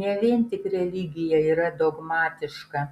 ne vien tik religija yra dogmatiška